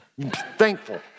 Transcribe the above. Thankful